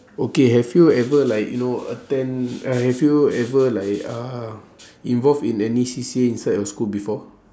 okay have you ever like you know attend uh have you ever like uh involve in any C_C_A inside your school before